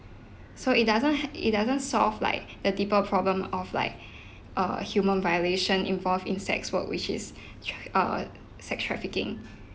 so it doesn't it doesn't solve like the deeper problem of like err human violation involved in sex work which is tra~ err sex trafficking